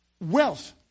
Wealth